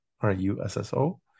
R-U-S-S-O